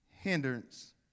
hindrance